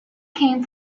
came